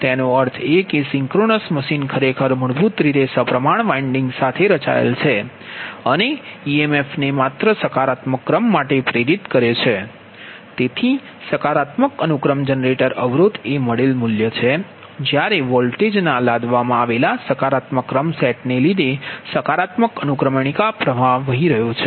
તેનો અર્થ એ કે સિંક્રોનસ મશીન ખરેખર મૂળભૂત રીતે સપ્રમાણ વાઇન્ડિગ્સ સાથે રચાયેલ છે અને ઇએમેફ ને માત્ર સકારાત્મક ક્રમ માટે પ્રેરિત કરે છે તેથી સકારાત્મક અનુક્રમ જનરેટર અવરોધ એ મળેલ મૂલ્ય છે જ્યારે વોલ્ટેજના લાદવામાં આવેલા સકારાત્મક ક્રમ સેટને લીધે સકારાત્મક અનુક્રમણિકા પ્ર્વાહ વહે છે